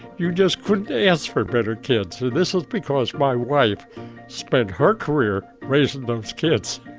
you just couldn't ask for better kids. so this was because my wife spent her career raising those kids.